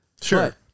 sure